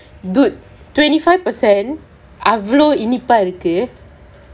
dude twenty five percent அவ்வளவு இனிப்பா இருக்கு:avvalavu inippaa irukku